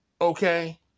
Okay